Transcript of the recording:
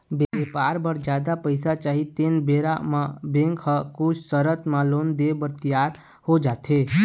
बेपार बर जादा पइसा चाही तेन बेरा म बेंक ह कुछ सरत म लोन देय बर तियार हो जाथे